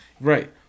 Right